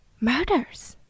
Murders